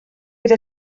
bydd